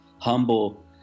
humble